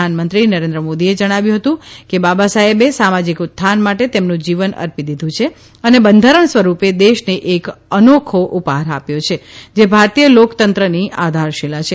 પ્રધાનમંત્રી શ્રી મોદીએ જણાવ્યું હતું કે બાબા સાહેબે સામાજીક ઉત્થાન માટે તેમનું જીવન અર્પી દીધુ અને બંધારણ સ્વરૂપે દેશને એક અનોખો ઉપહાર આપ્યો જે ભારતીય લોકતંત્રની આધારશીલા છે